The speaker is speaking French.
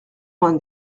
vingt